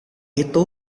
itu